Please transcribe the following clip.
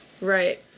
Right